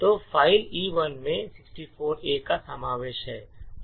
तो file E1 में 64 A का समावेश है